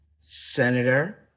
Senator